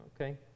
okay